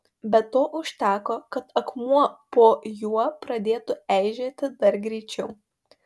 bet to užteko kad akmuo po juo pradėtų eižėti dar greičiau